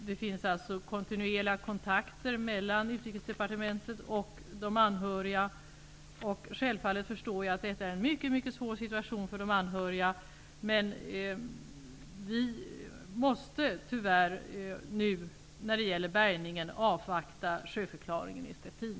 Det förekommer kontinuerliga kontakter mellan Utrikesdepartementet och de anhöriga. Självfallet förstår jag att detta är en mycket svår situation för de anhöriga. När det gäller bärgningen måste vi tyvärr avvakta sjöförklaringen i Szczecin.